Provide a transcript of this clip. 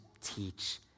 teach